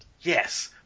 Yes